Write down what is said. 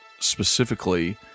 specifically